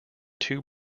two